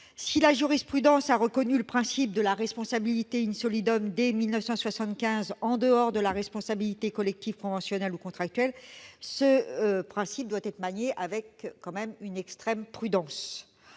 Si la jurisprudence a reconnu dès 1975 le principe de la responsabilité en dehors de la responsabilité collective conventionnelle ou contractuelle, ce principe doit être manié avec une extrême prudence.